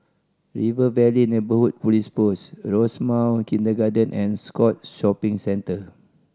River Valley Neighbourhood Police Post Rosemount Kindergarten and Scotts Shopping Centre